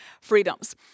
freedoms